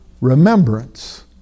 remembrance